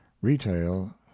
Retail